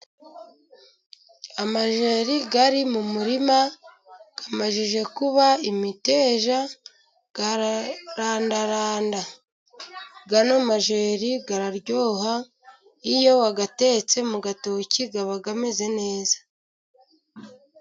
Amajyeri ari mu murima amaze kuba imiteja, ararandaranda aya majyeri araryoha, iyo wayatetse mu gitoki aba ameze neza.